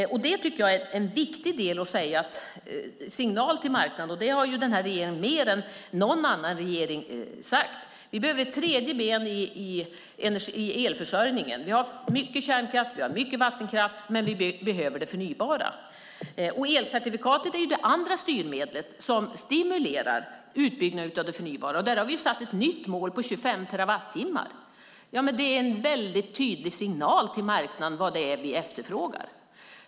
Det är en viktig del och ger en signal till marknaden. Det har den här regeringen mer än någon annan regering sagt. Vi behöver ett tredje ben i elförsörjningen. Vi har mycket kärnkraft och mycket vattenkraft, men vi behöver det förnybara. Elcertifikatet är det andra styrmedlet som stimulerar utbyggnad av det förnybara. Där har vi satt ett nytt mål på 25 terawattimmar. Det är en tydlig signal till marknaden vad vi efterfrågar.